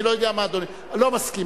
אני לא יודע מה אדוני, לא מסכים.